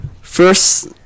first